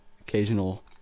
occasional